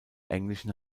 englischen